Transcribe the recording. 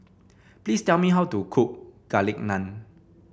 please tell me how to cook Garlic Naan